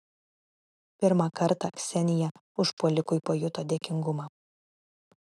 pirmą kartą ksenija užpuolikui pajuto dėkingumą